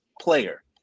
player